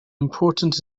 important